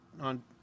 on